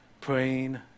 praying